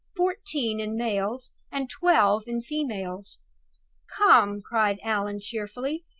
fourteen in males, and twelve in females come! cried allan, cheerfully,